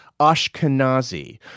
Ashkenazi